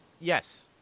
Yes